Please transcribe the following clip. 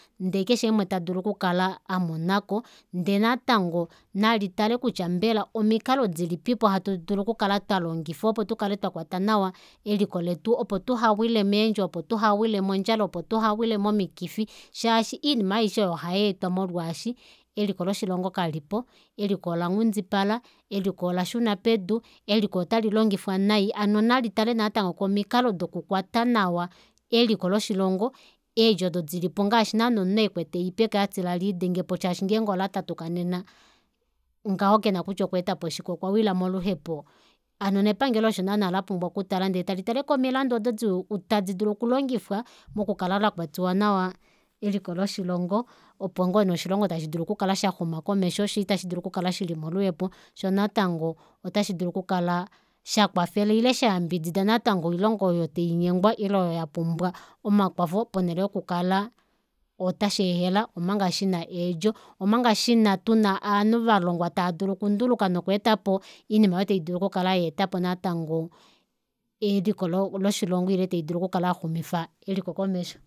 Ndee keshe umwe tadulu oku kala amonako ndee natango nalitale kutya mbela omikalo dilipipo hatu dulu oku kala twalongifa opo tukale twakwata nawa eliko letu opo tuhawile meendjo opo tuhawile mondjala opo tuhawile momikifi shaashi iinima aishe oyo ohayeetwa molwaashi eliko loshilongo kalipo eliko olanghundipala eliko olashuna pedu eliko ota lilongifwa nai hano nali tale natango komikalo doku kwata nawa eliko loshilongo eedjo odo dilipo ngaashi naana omunhu ekwete eyi peke atila liidengepo shaashi ngeenge olatatuka nena ngaho kena kutya okwa etapo shike okwawila moluhepo hano nepangelo osho naana lapumbwa okutala ndee tali tale komilandu odo di tadi dulu okulongifwa mokukala lakwata nawa eliko loshilongo opo ngoo nee oshilongo tashi dulu okukala shaxuma komesho shoo ita shidulu okukala shawila moluhepo shoo natango ota shidulu okukala shakwafela ile shayambidida natango oilongo oyo tainyengwa ile oyo yapumbwa omakwafo ponele yoku kala ota sheehela omanga shina eedjo omanga shina tuna aanhu valongwa taadulu ounduluka nokweetapo iinimaaayo taidulu okukala yaetapo natango eliko loshilongo ile taidulu okukala yaxumifa eliko komesho.